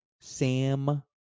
Sam